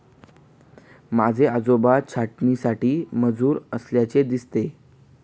माझे आजोबा छाटणीसाठी मजूर असल्याचे दिसते